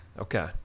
Okay